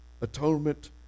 Atonement